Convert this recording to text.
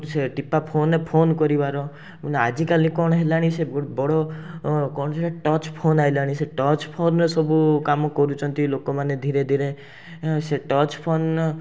ସେ ଟିପା ଫୋନ୍ରେ ଫୋନ୍ କରିବାର କିନ୍ତୁ ଆଜିକାଲି କ'ଣ ହେଲାଣି ସେ ବଡ଼ କ'ଣ ଯେ ଟଚ୍ ଫୋନ୍ ଆସିଲାଣି ସେ ଟଚ୍ ଫୋନ୍ରେ ସବୁ କାମ କରୁଛନ୍ତି ଲୋକମାନେ ଧିରେଧିରେ ଏଁ ସେ ଟଚ୍ ଫୋନ୍